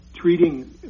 treating